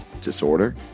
disorder